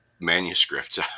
manuscripts